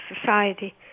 society